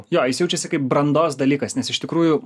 jo jis jaučiasi kaip brandos dalykas nes iš tikrųjų